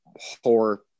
Horror